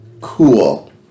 Cool